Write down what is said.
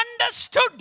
understood